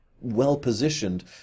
well-positioned